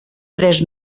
tres